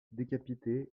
décapité